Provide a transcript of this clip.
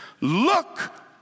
look